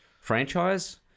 franchise